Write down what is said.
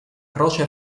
croce